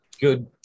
good